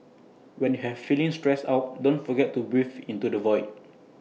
when you are feeling stressed out don't forget to breathe into the void